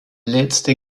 letzte